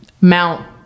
Mount